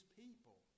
people